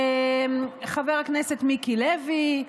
חבר הכנסת מיקי לוי,